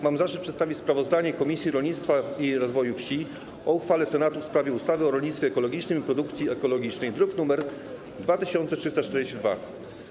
Mam zaszczyt przedstawić sprawozdanie Komisji Rolnictwa i Rozwoju Wsi o uchwale Senatu w sprawie ustawy o rolnictwie ekologicznym i produkcji ekologicznej, druk nr 2342.